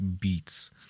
beats